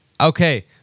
Okay